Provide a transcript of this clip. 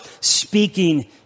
speaking